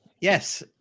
Yes